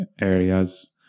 areas